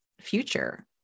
future